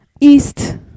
east